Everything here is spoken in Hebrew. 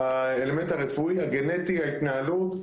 האלמנט הרפואי, הגנטי, ההתנהלות.